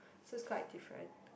so it's quite different